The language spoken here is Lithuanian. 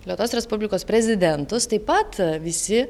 lietuvos respublikos prezidentus taip pat visi